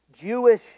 Jewish